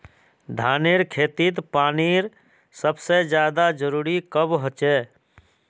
धानेर खेतीत पानीर सबसे ज्यादा जरुरी कब होचे?